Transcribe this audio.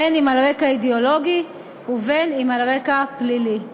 בין רקע אידיאולוגי ובין רקע פלילי.